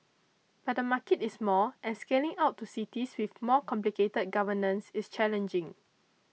but the market is small and scaling out to cities with more complicated governance is challenging